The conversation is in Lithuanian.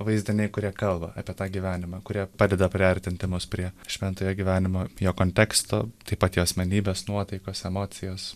vaizdiniai kurie kalba apie tą gyvenimą kurie padeda priartinti mus prie šventojo gyvenimo jo konteksto taip pat jo asmenybės nuotaikos emocijos